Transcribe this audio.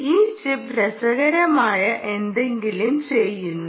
ഈ ചിപ്പ് രസകരമായ എന്തെങ്കിലും ചെയ്യുന്നു